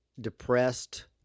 depressed